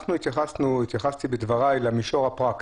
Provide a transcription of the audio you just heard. התייחסתי בדבריי למישור הפרקטי,